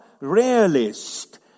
realist